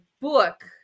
book